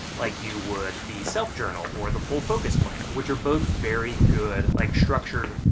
like you would the self journal or the full focus planner, which are both very good like structured,